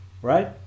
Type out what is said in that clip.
Right